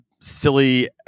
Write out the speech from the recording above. silly